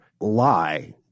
lie –